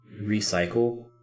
recycle